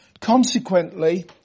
Consequently